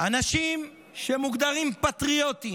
אנשים שמוגדרים פטריוטים,